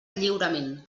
lliurement